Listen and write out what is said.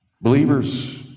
Believers